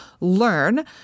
learn